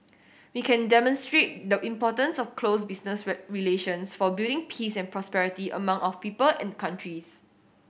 we can demonstrate the importance of close business relations for building peace and prosperity among our people and countries